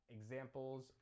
examples